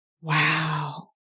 Wow